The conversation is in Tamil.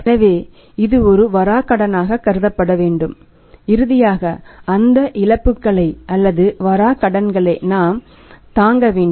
எனவே இது ஒரு வராகடனாக கருதப்பட வேண்டும் இறுதியாக அந்த இழப்புகளை அல்லது வரா கடன்களை நாம் தாங்க வேண்டும்